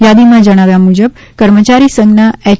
યાદીમાં જણાવાયા અનુસાર કર્મચારી સંઘના એચ